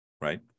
right